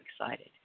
excited